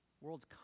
world's